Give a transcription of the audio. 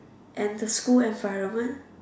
and the school environment